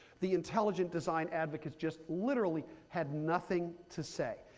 the intelligent design advocates just literally had nothing to say.